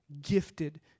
Gifted